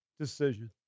decision